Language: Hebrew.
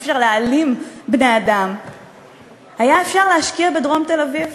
אי-אפשר להעלים בני-אדם היה אפשר להשקיע בדרום תל-אביב,